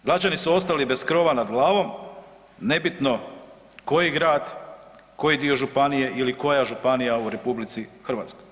Građani su ostali bez krova nad glavom, nebitno koji grad, koji dio županije ili koja županija u RH.